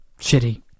shitty